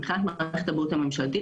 מבחינת מערכת הבריאות הממשלתית,